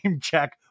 check